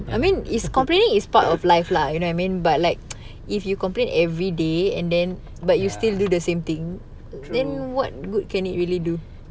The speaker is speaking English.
true ya true